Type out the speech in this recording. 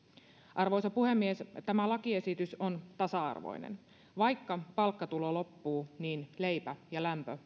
arvoisa puhemies tämä lakiesitys on tasa arvoinen vaikka palkkatulo loppuun niin leipä ja lämpö